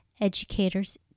educators